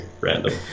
random